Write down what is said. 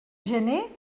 gener